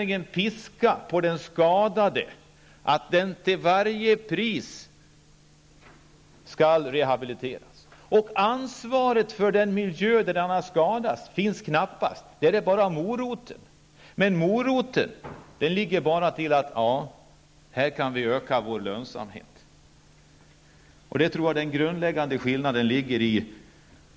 Det är piska på den skadade, att den till varje pris skall rehabiliteras. Och något ansvar i den miljö som denna person har skadats finns knappast. Där finns bara moroten. Men moroten leder bara till att företagen kan öka sin lönsamhet. Det är där som jag tror att den grundläggande skillnaden finns.